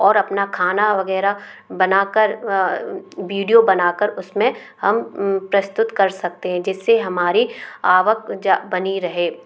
और अपना खाना वगैरह बनाकर बीडियो बना कर उसमें हम प्रस्तुत कर सकते हैं जिससे हमारी आवक बनी रहे